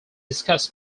discuss